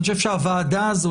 אני חושב שהוועדה הזאת,